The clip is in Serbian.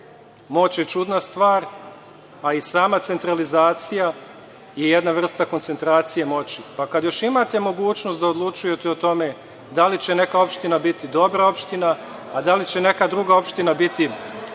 Moć je čudna stvar, a i sama centralizacija je jedna vrsta koncentracije moći. Pa kad još imate mogućnost da odlučujete o tome da li će neka opština biti dobra opština, a da li će neka druga opština biti